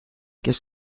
qu’est